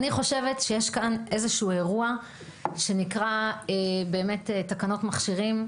אני חושבת שיש כאן איזשהו אירוע שנקרא באמת תקנות מכשירים,